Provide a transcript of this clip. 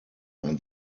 ein